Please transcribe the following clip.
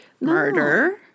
murder